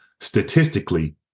statistically